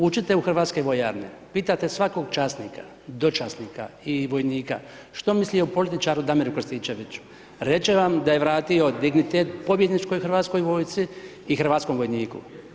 Uđite u Hrvatske vojarne, pitate svakog časnika, dočasnika i vojnika što misli o političaru Damiru Krstičeviću, reć će vam da je vratio dignitet pobjedničkoj Hrvatskoj vojsci i hrvatskom vojniku.